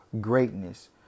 greatness